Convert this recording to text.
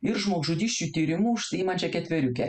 ir žmogžudysčių tyrimu užsiimančią ketveriukę